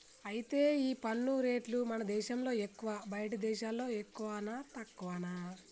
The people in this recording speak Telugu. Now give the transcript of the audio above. అయితే ఈ పన్ను రేట్లు మన దేశంలో ఎక్కువా బయటి దేశాల్లో ఎక్కువనా తక్కువనా